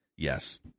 Yes